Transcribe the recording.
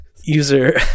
User